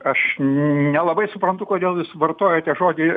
aš nelabai suprantu kodėl jūs vartojate žodį